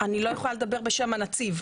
אני לא יכולה לדבר בשם הנציב.